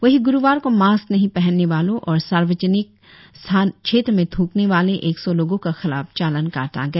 वहीं गुरुवार को मास्क नहीं पहनने वालों और सार्वजनिक में क्षेत्र में थूकने वाले एक सौ लोगों के खिलाफ चालान काटा गया